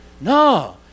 no